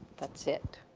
that's it,